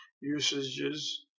usages